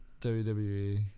WWE